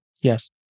Yes